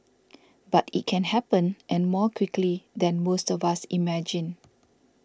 but it can happen and more quickly than most of us imagine